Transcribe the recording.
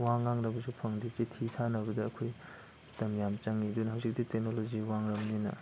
ꯋꯥ ꯉꯥꯡꯅꯕꯁꯨ ꯐꯪꯗꯦ ꯆꯤꯊꯤ ꯊꯥꯅꯕꯗ ꯑꯩꯈꯣꯏ ꯃꯇꯝ ꯌꯥꯝ ꯆꯪꯉꯤ ꯑꯗꯨꯅ ꯍꯧꯖꯤꯛꯇꯤ ꯇꯦꯛꯅꯣꯂꯣꯖꯤ ꯋꯥꯡꯉꯕꯅꯤꯅ